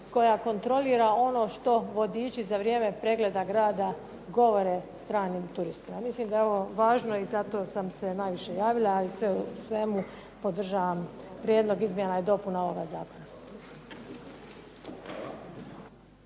koja kontrolira ono što vodiči za vrijeme pregleda grada govore stranim turistima. Mislim da je ovo važno i zato sam se i najviše javila. Ali sve u svemu podržavam prijedlog izmjena i dopuna ovoga zakona.